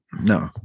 No